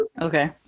okay